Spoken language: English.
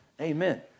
Amen